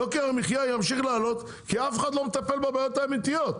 יוקר המחיה ימשיך לעלות כי אף אחד לא מטפל בבעיות האמיתיות.